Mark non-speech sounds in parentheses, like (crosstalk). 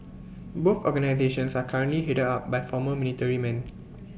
both organisations are currently headed up by former military men (noise)